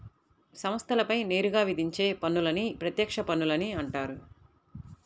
సంస్థలపై నేరుగా విధించే పన్నులని ప్రత్యక్ష పన్నులని అంటారు